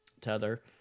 Tether